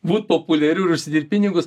būt populiariu ir užsidirbt pinigus